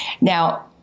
Now